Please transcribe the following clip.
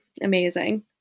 amazing